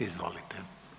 Izvolite.